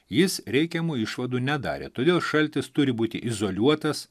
jis reikiamų išvadų nedarė todėl šaltis turi būti izoliuotas